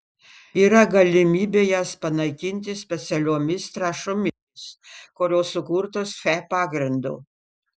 yra galimybė jas panaikinti specialiomis trąšomis kurios sukurtos fe pagrindu